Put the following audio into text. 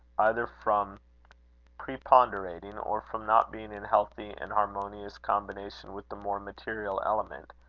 either from preponderating, or from not being in healthy and harmonious combination with the more material element,